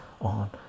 on